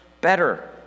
better